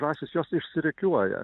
žąsys jos išsirikiuoja